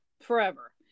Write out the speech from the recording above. forever